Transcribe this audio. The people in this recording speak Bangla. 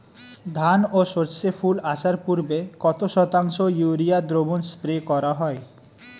ধান ও সর্ষে ফুল আসার পূর্বে কত শতাংশ ইউরিয়া দ্রবণ স্প্রে করা হয়?